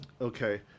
Okay